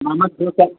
मम तु तत्